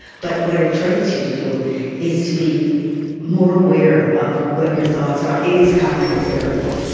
but what it trains you to do is to be more aware of what your thoughts are. it is cognitive therapy.